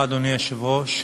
אדוני היושב-ראש,